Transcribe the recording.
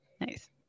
Nice